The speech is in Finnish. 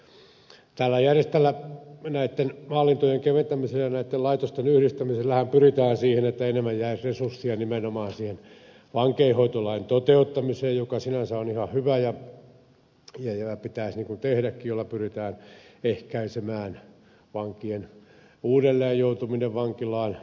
näitten hallintojen keventämisellä ja näitten laitosten yhdistämisellähän pyritään siihen että enemmän jäisi resursseja nimenomaan siihen vankeinhoitolain toteuttamiseen mikä sinänsä on ihan hyvä ja pitäisi tehdäkin millä pyritään ehkäisemään vankien uudelleen joutuminen vankilaan